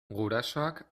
gurasoak